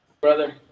brother